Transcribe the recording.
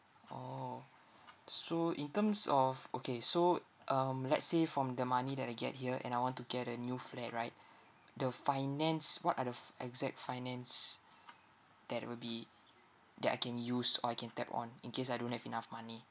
orh so in terms of okay so um let's say from the money that I get here and I want to get a new flat right the finance what are the f~ exact finance that will be that I can use or I can tap on in case I don't have enough money